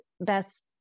best